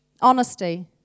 Honesty